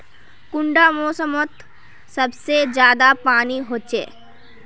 कुंडा मोसमोत सबसे ज्यादा पानी होचे?